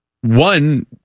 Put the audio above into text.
one